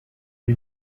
ari